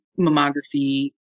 mammography